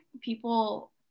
people